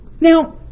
Now